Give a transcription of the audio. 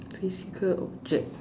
physical object